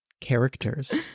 characters